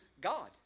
God